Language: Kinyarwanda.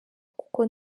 kuko